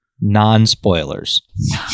Non-spoilers